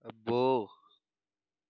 అబ్బో